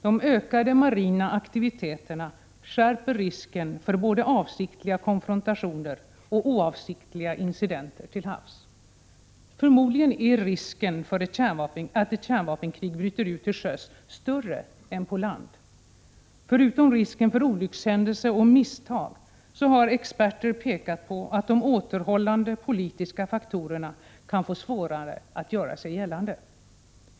De ökande marina aktiviteterna skärper risken för både avsiktliga konfrontationer och oavsiktliga incidenter till havs. Förmodligen är risken för att ett kärnvapenkrig bryter ut till sjöss större än på land. Förutom risken för olyckshändelser och misstag har experter pekat på att de återhållande politiska faktorerna kan få svårare att göra sig gällande.